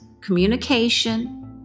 communication